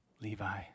Levi